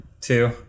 two